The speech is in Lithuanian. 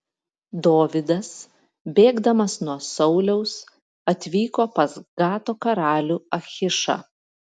dovydas bėgdamas nuo sauliaus atvyko pas gato karalių achišą